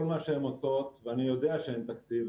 כל מה שהן עושות ואני יודע שאין תקציב,